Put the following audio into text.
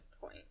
point